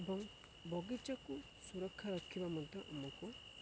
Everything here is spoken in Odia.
ଏବଂ ବଗିଚାକୁ ସୁରକ୍ଷା ରଖିବା ମଧ୍ୟ ଆମକୁ